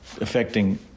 affecting